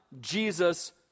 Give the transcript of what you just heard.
Jesus